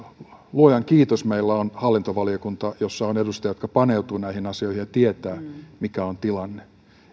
luojan kiitos meillä on hallintovaliokunta jossa on edustajat jotka paneutuvat näihin asioihin ja tietävät mikä on tilanne